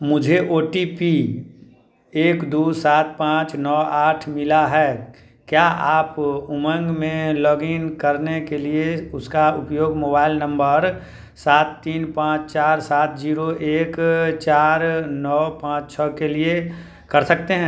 मुझे O T P एक दो सात पाँच नौ आठ मिला है क्या आप उमंग में लग इन करने के लिए उसका उपयोग मोबाइल नंबर सात तीन पाँच चार सात जीरो एक चार नौ पाँच छः के लिए कर सकते हैं